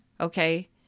Okay